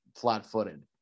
flat-footed